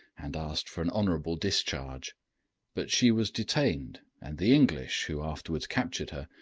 and asked for an honorable discharge but she was detained, and the english, who afterwards captured her,